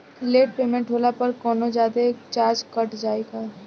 Late payment होला पर कौनोजादे चार्ज कट जायी का?